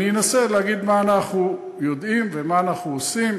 ואני אנסה להגיד מה אנחנו יודעים ומה אנחנו עושים.